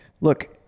look